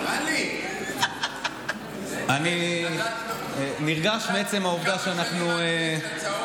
אני נרגש מעצם העובדה שאנחנו, טלי,